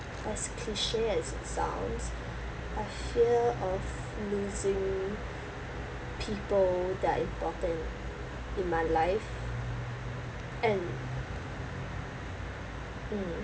as cliched as it sounds I fear of losing people that are important in my life and um